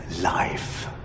life